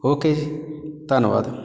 okay ਜੀ ਧੰਨਵਾਦ